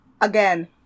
Again